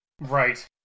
Right